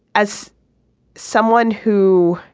as someone who